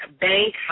Bank